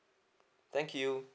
thank you